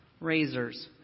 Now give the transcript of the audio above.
Razors